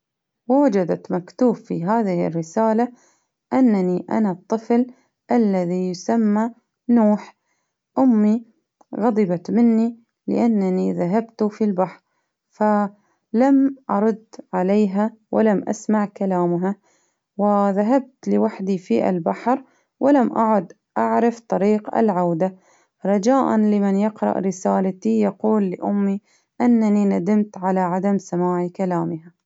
ووجدت مكتوب في هذه الرسالة أنني أنا الطفل الذي يسمى نوح، أمي غضبت مني لأنني ذهبت في البحر، فلم أرد عليها ولم أسمع كلامها، وذهبت لوحدي في البحر، ولم أعد أعرف طريق العودة، رجاء لمن يقرأ رسالتي، يقول لأمي أنني ندمت على عدم سماع كلامها.